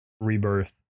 Rebirth